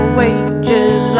wages